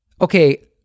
Okay